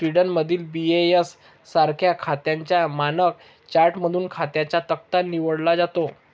स्वीडनमधील बी.ए.एस सारख्या खात्यांच्या मानक चार्टमधून खात्यांचा तक्ता निवडला जातो